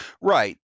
Right